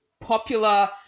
popular